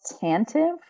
Tantive